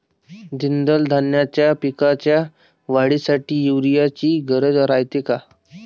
द्विदल धान्याच्या पिकाच्या वाढीसाठी यूरिया ची गरज रायते का?